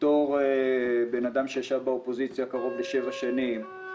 בתור בן אדם שישב באופוזיציה קרוב לשבע שנים.